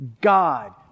God